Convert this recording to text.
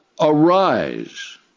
arise